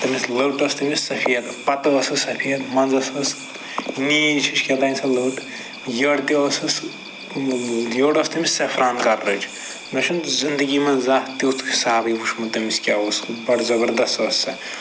تٔمِس لٔٹ ٲسۍ تٔمِس سَفید پَتہٕ ٲسٕس سَفید منٛزَس ٲسۍ نیٖج ہِش کیٛاہتانۍ سۄ لٔٹ یٔڈ تہِ ٲسٕس یٔڈ ٲسۍ تٔمِس سیفران کَلرٕچ مےٚ چھُنہٕ زِنٛدگی منٛز زانٛہہ تٮُ۪تھ حِسابٕے وُچھمُت تٔمِس کیٛاہ اوس بڈٕ زَبردست ٲسۍ سۄ